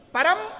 Param